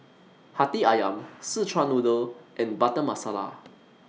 Hati Ayam Szechuan Noodle and Butter Masala